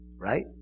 Right